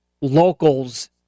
locals